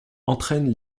entraînent